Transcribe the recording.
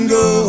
go